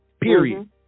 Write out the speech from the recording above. period